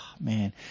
man